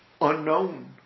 unknown